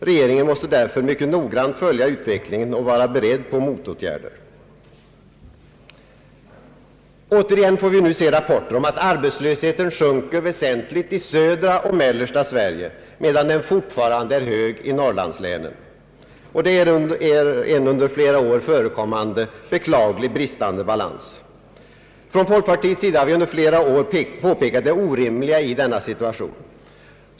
Regeringen måste därför mycket noggrant följa utvecklingen och vara beredd på motåtgärder. Återigen får vi nu se rapporter om att arbetslösheten sjunker väsentligt i södra och mellersta Sverige, medan den fortfarande är hög i Norrlandslänen, och det är en sedan flera år förekommande beklaglig bristande balans. Från folkpartiets sida har vi under flera år påpekat det orimliga i denna situation.